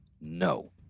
no